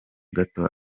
gato